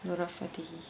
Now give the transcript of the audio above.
Rasathi